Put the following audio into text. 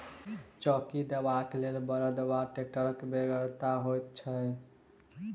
चौकी देबाक लेल बड़द वा टेक्टरक बेगरता होइत छै